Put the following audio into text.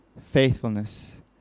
faithfulness